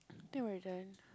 I think we're done